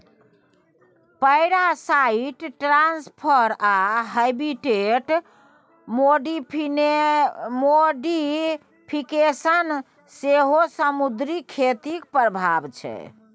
parasite transfer आ habitat modification सेहो समुद्री खेतीक प्रभाब छै